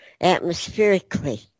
atmospherically